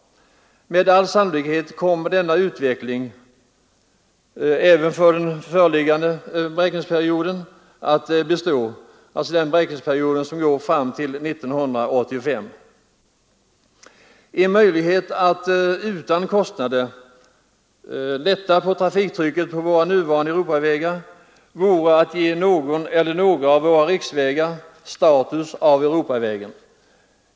Med all sannolikhet kommer denna utveckling att bestå även för den innevarande beräkningsperioden, som omfattar tiden fram till 1985. En möjlighet att utan kostnader lätta på trafiktrycket på våra nuvarande Europavägar vore att ge någon eller några av våra riksvägar status av Europaväg.